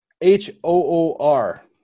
h-o-o-r